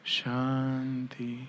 Shanti